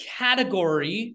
category